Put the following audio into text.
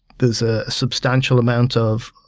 there's a substantial amount of